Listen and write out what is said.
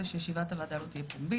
בנושא התועלות ביישום מתווה הגז.